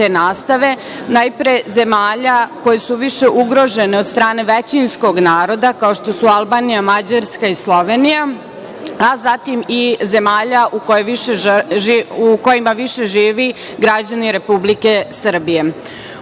najpre zemalja koje su više ugrožene od strane većinskog naroda, kao što su Albanija, Mađarska i Slovenija, a zatim i zemalja u kojima više žive građani Republike